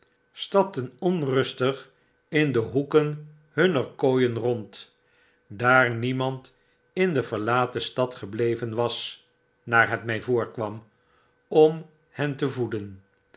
stapten onrustig in de hoeken hunner kooien rond daar niemand in de verlaten stad gebleven was naar het mij voorkwam om hen te voeden